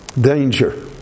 Danger